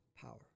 power